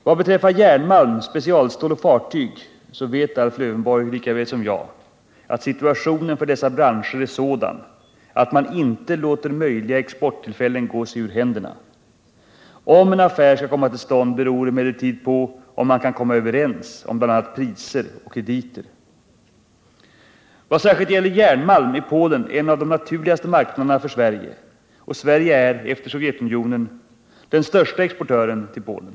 Vad beträffar järnmalm, specialstål och fartyg vet Alf Lövenborg lika väl som jag, att situationen för dessa branscher är sådan att man inte låter möjliga exporttillfällen gå sig ur händerna. Om en affär skall komma till stånd beror emellertid på om man kan komma överens om bl.a. priser och krediter. I vad särskilt gäller järnmalm är Polen en av de naturligaste marknaderna för Sverige, och Sverige är efter Sovjetunionen den största exportören till Polen.